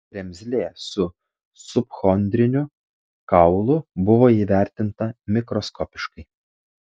kremzlė su subchondriniu kaulu buvo įvertinta mikroskopiškai